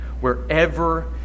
wherever